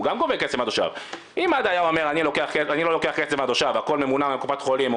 אם מד"א היה אומר אני לא לוקח מהתושב והכול ממון מקופת חולים,